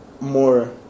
more